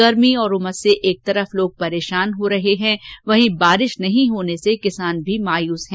गर्मी और उमस से एक तरफ लोग परेशान हो रहे हैं वहीं बारिश नहीं होने से किसान भी मायूस है